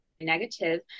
negative